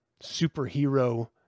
superhero